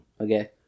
Okay